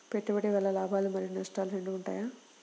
పెట్టుబడి వల్ల లాభాలు మరియు నష్టాలు రెండు ఉంటాయా?